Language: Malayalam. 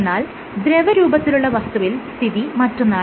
എന്നാൽ ദ്രവരൂപത്തിലുള്ള വസ്തുവിൽ സ്ഥിതി മറ്റൊന്നാണ്